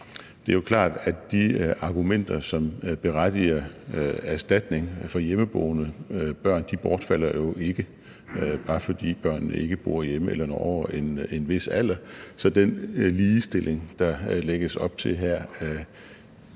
Det er jo klart, at de argumenter, som berettiger en erstatning for hjemmeboende børn, ikke bortfalder, bare fordi børnene ikke bor hjemme eller når over en vis alder, så den ligestilling, der lægges op til her,